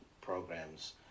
programs